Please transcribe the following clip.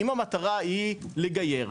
אם המטרה היא לגייר,